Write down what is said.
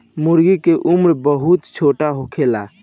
मूर्गी के उम्र बहुत छोट होखेला